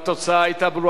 אני חוזר על ההצבעה,